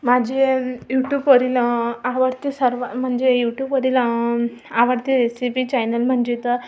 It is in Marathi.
माझ्ये यूट्यूबवरील आवडते सर्व म्हणजे यूट्यूवरील आवडते रेसिपी चायनल म्हणजे तर